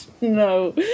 no